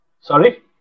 Sorry